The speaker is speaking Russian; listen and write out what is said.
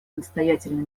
настоятельно